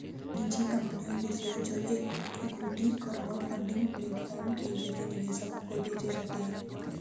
निजी कंपनियों के शेयर जो इक्विटी क्राउडफंडिंग प्लेटफॉर्म के जरिए निवेशकों को बेचे जाते हैं